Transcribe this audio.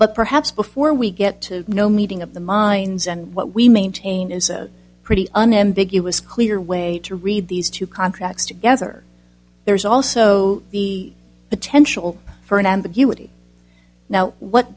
but perhaps before we get to no meeting of the minds and what we maintain is a pretty unambiguous clear way to read these two contracts together there's also the potential for an ambiguity now what